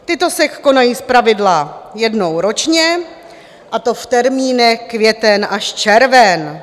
Tyto se konají zpravidla jednou ročně, a to v termínech květen až červen.